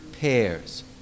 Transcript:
pairs